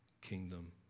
kingdom